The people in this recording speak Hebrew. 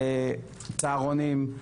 זה צהרונים,